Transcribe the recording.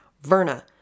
Verna